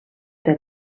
del